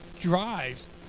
drives